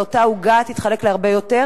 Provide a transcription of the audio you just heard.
אותה עוגה תתחלק להרבה יותר,